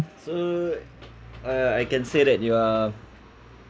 so uh I can say that you are